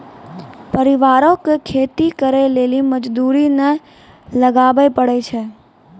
परिवारो के खेती करे लेली मजदूरी नै लगाबै पड़ै छै